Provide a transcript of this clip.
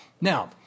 Now